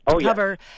cover